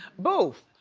boof,